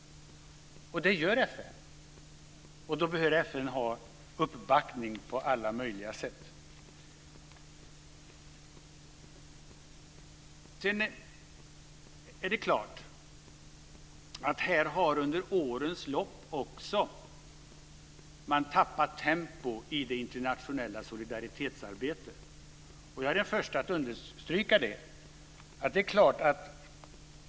Det gör FN. Då behöver FN ha uppbackning på alla möjliga sätt. Det är klart att man under årens lopp också har tappat tempo i det internationella solidaritetsarbetet. Jag är den första att understryka det.